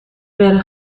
بره